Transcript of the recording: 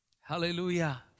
Hallelujah